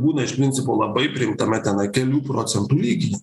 būna iš principo labai priimtame tenai kelių procentų lygy